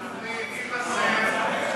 מי חסר?